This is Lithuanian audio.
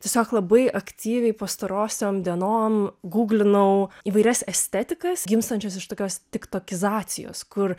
tiesiog labai aktyviai pastarosiom dienom guglinau įvairias estetikas gimstančias iš tokios tiktokizacijos kur